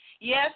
Yes